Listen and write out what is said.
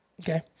Okay